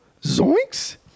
Zoinks